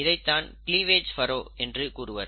இதைத்தான் க்ளீவேஜ் பரோ என்று கூறுவர்